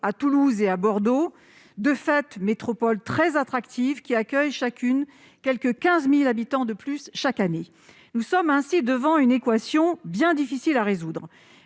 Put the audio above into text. à Toulouse et à Bordeaux, métropoles très attractives qui accueillent chacune quelque 15 000 habitants de plus chaque année. Nous sommes ainsi confrontés à une équation bien difficile à résoudre